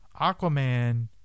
Aquaman